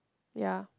ya